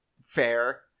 fair